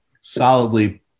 solidly